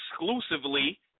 exclusively